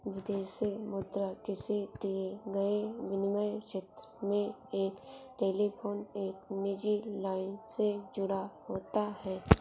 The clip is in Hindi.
विदेशी मुद्रा किसी दिए गए विनिमय क्षेत्र में एक टेलीफोन एक निजी लाइन से जुड़ा होता है